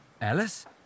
Alice